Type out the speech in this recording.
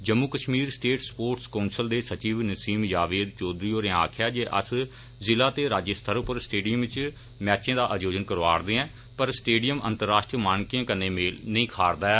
Jammu Kashmir state sports council दे सचिव नसीम जावेद चौघरी होरें आक्खेया जे अस्स जिला ते राज्य स्तर पर स्टेडियम इच मैचें दा आयोजन करौआ रदे आ पर स्टेडियम अंतर्राष्ट्रीय मानकें कन्नै मेल नेई खा रदा ऐ